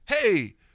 hey